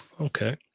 Okay